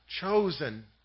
chosen